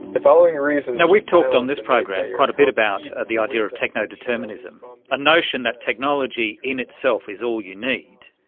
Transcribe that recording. the following reasons. we've talked on this program quite a bit about the idea of techno-determinism, a notion that technology in itself is all you need.